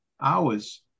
hours